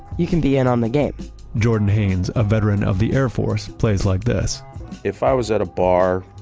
you can be in on the game jordan haines, a veteran of the air force plays like this if i was at a bar,